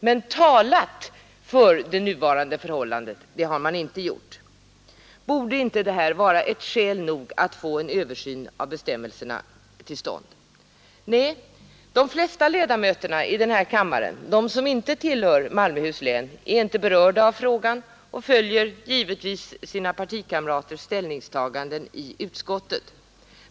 Men talat för det nuvarande förhållandet har man inte gjort. Borde inte det vara skäl nog att få till stånd en översyn av bestämmelserna? De flesta ledamöter i denna kammare tillhör inte Malmöhus län och är inte berörda av frågan, och de följer givetvis sina partikamraters ställningstaganden i utskottet.